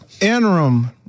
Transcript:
interim